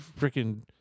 freaking